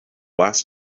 last